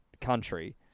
country